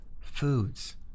foods